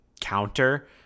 counter